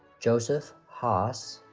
joseph hasse,